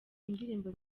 indirimbo